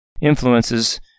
influences